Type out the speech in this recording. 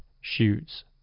shoots